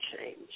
change